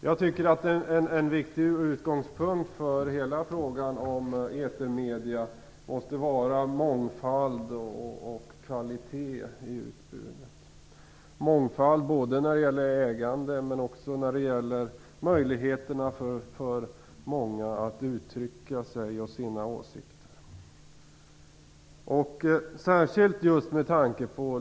Jag tycker att en viktig utgångspunkt för hela frågan om etermedierna måste vara mångfald och kvalitet i utbudet - mångfald både när det gäller ägande och när det gäller möjligheterna för många att uttrycka sig och sina åsikter.